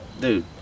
dude